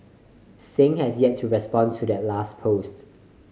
Singh has yet to respond to that last post